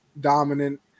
dominant